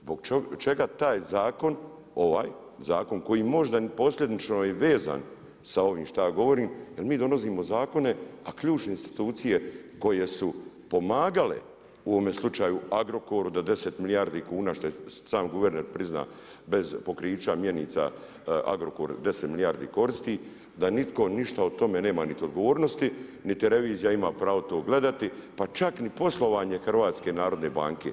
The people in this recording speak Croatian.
Zbog čega taj zakon, ovaj zakon, koji možda je i posljedično je i veza sa ovim šta ja govorim, jer mi donosimo zakone, a ključne institucije, koje su pomagale u ovome slučaju Agrokor, do 10 milijardi kuna, što je sam guverner priznao, bez pokrića mjenica, Agrokor 10 milijardi koristi, da nitko ništa nema niti odgovornosti, niti revizija ima pravo to gledati, pa čak ni poslovanje HNB.